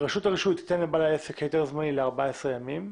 רשותך הרישוי תיתן לבעל העסק היתר זמני ל-14 ימים.